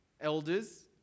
elders